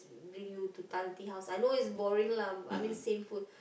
bring you to Tang-Tea-House I know is boring lah I mean same food